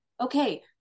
Okay